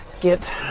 get